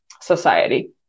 society